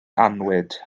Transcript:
annwyd